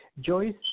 Joyce